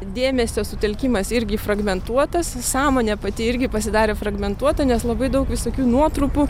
dėmesio sutelkimas irgi fragmentuotas sąmonė pati irgi pasidarė fragmentuota nes labai daug visokių nuotrupų